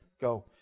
Go